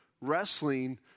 wrestling